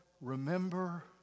remember